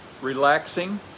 relaxing